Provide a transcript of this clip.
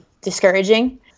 discouraging